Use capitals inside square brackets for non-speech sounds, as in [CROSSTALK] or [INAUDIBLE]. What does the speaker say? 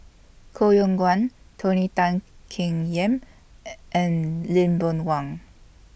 Koh Yong Guan Tony Tan Keng Yam [NOISE] and Lee Boon Wang